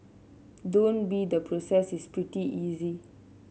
don't be the process is pretty easy